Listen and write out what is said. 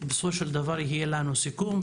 בסופו של דבר יהיה לנו סיכום,